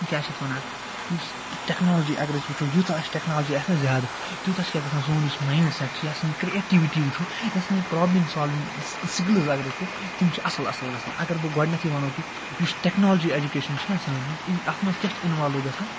کیٛاہ چھِ اَتھ وَنان یُس ٹیٚکنالجی اگر أسۍ وٕچھو یوٗتاہ اَسہِ ٹیٚکنالجی آسہِ نہ زیادٕ تیوٗتاہ چھُ کیٛاہ گَژھان سون یُس مایِنڈ سٮ۪ٹ چھُ یا سٲنۍ کرٛییٹِوِٹی وٕچھو یا سٲنۍ پرٛابلِنٛگ سالوِنٛگ سہ سِکلٕز اگر وٕچھو تِم چھِ اصٕل اصٕل گَژھان اگر بہٕ گۄڈٕنٮ۪تھے ونو کہِ یُس ٹیٚکنالجی ایٚجُکیشَن چھِ نہ سٲنۍ اَتھ مَنٛز کیٛاہ چھ اِنوالٕو گَژھان